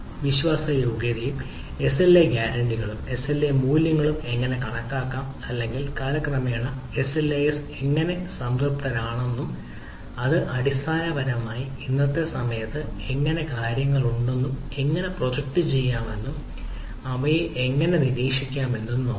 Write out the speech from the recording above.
വിശ്വാസയോഗ്യതയും SLA ഗ്യാരന്റികളും SLA മൂല്യങ്ങളും എങ്ങനെ കണക്കാക്കാം അല്ലെങ്കിൽ കാലക്രമേണ SLAS എങ്ങനെ സംതൃപ്തരാണെന്നും അത് അടിസ്ഥാനമാക്കി ഇന്നത്തെ സമയത്ത് എങ്ങനെ കാര്യങ്ങൾ ഉണ്ടെന്നും എങ്ങനെ പ്രൊജക്റ്റ് ചെയ്യാമെന്നും അവയെ എങ്ങനെ നിരീക്ഷിക്കാം എന്നും നോക്കാം